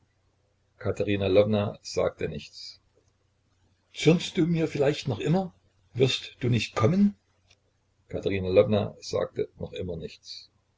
katerina lwowna sagte nichts zürnst du mir vielleicht noch immer wirst du nicht kommen katerina lwowna sagte noch immer nichts